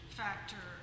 factor